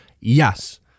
Yes